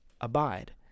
abide